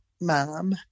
mom